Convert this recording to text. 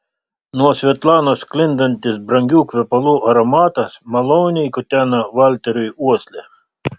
nuo svetlanos sklindantis brangių kvepalų aromatas maloniai kuteno valteriui uoslę